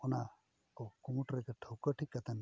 ᱚᱱᱟ ᱠᱚ ᱠᱩᱢᱩᱴ ᱨᱮᱜᱮ ᱴᱷᱟᱹᱣᱠᱟᱹ ᱴᱷᱤᱠ ᱠᱟᱛᱮᱫ